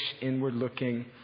inward-looking